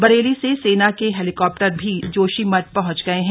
बरेली से सेना के हेलीकॉप्टर भी जोशीमठ पहुंच गये हैं